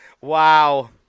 Wow